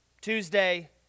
Tuesday